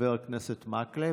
חבר הכנסת מקלב,